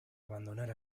abandonar